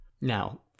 Now